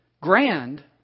grand